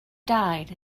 died